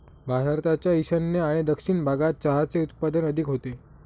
भारताच्या ईशान्य आणि दक्षिण भागात चहाचे उत्पादन अधिक होते